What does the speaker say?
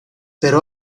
pero